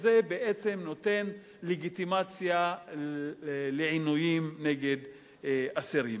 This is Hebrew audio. בעצם נותן לגיטימציה לעינויים של אסירים.